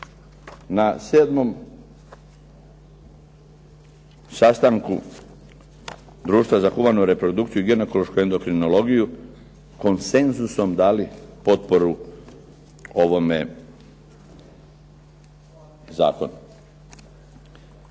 na 7. sastanku Društva za humanu reprodukciju i ginekološku endokrinologiju konsenzusom dali potporu ovome zakonu.